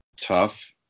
tough